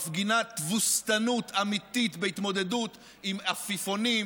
מפגינה תבוסתנות אמיתית בהתמודדות עם עפיפונים,